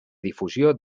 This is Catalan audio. difusió